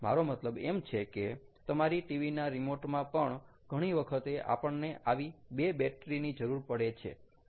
મારો મતલબ એમ છે કે તમારી ટીવીના રિમોટ માં પણ ઘણી વખતે આપણને આવી બે બેટરી ની જરૂર પડે છે